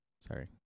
sorry